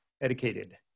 educated